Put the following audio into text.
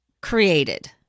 created